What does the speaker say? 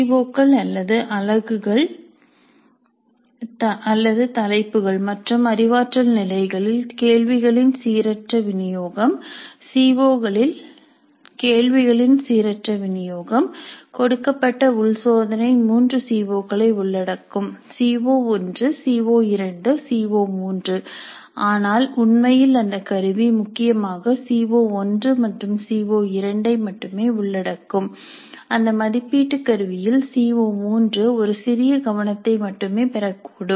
CO கள் அல்லது அலகுகள் அல்லது தலைப்புகள் மற்றும் அறிவாற்றல் நிலைகளில் கேள்விகளின் சீரற்ற விநியோகம் சீஓ களில் கேள்விகளின் சீரற்ற விநியோகம் கொடுக்கப்பட்ட உள் சோதனை மூன்று சீஓ களை உள்ளடக்கும் சீஓ1 சீஓ2 சீஓ3 ஆனால் உண்மையில் அந்த கருவி முக்கியமாக சீஓ1 மற்றும் சீஓ2 ஐ மட்டுமே உள்ளடக்கும் அந்த மதிப்பீட்டு கருவியில் சீஓ3 ஒரு சிறிய கவனத்தை மட்டுமே பெறக்கூடும்